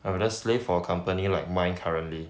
I rather slave for a company like mine currently